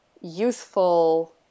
youthful